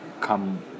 come